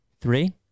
Three